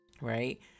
right